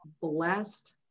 blessed